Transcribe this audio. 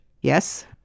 Yes